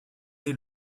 est